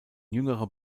jüngerer